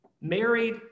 Married